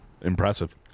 Impressive